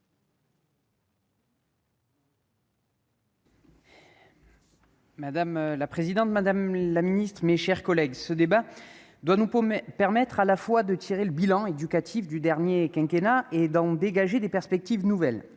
Madame la présidente, madame la secrétaire d'État, mes chers collègues, ce débat doit nous permettre à la fois de tirer le bilan éducatif du dernier quinquennat et de dégager des perspectives nouvelles.